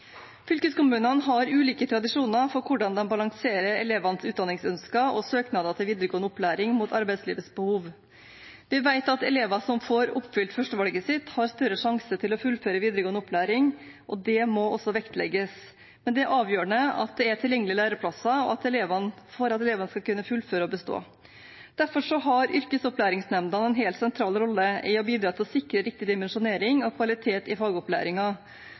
Fylkeskommunene har ulike tradisjoner for hvordan de balanserer elevenes utdanningsønsker og søknader til videregående opplæring, mot arbeidslivets behov. Vi vet at elever som får oppfylt førstevalget sitt, har større sjanse til å fullføre videregående opplæring, og det må også vektlegges. Men det er avgjørende at det er tilgjengelige læreplasser for at elevene skal kunne fullføre og bestå. Derfor har yrkesopplæringsnemnda en helt sentral rolle i å bidra til å sikre riktig dimensjonering og kvalitet i